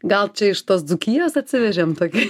gal čia iš tos dzūkijos atsivežėm tokį